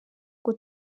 ngo